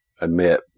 admit